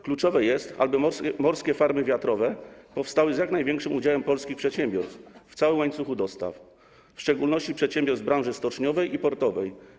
Kluczowe jest to, aby morskie farmy wiatrowe powstały z jak największym udziałem polskich przedsiębiorstw w całym łańcuchu dostaw, w szczególności przedsiębiorstw branży stoczniowej i portowej.